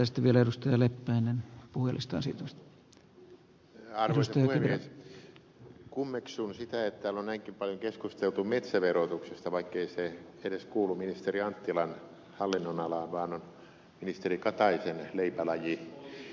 kummeksun sitä että täällä on näinkin paljon keskusteltu metsäverotuksesta vaikkei se edes kuulu ministeri anttilan hallinnonalaan vaan on ministeri kataisen leipälaji